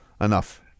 Enough